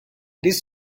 this